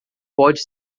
pode